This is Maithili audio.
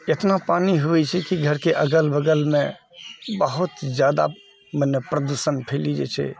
एतना पानी होयत छै कि घर के अगल बगलमे बहुत जादा मने प्रदूषण फैली जाइत छै